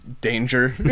danger